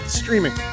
streaming